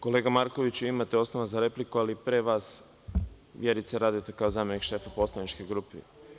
Kolega Markoviću, imate osnova za repliku, ali pre vas Vjerica Radeta, kao zamenik šefa poslaničke grupe.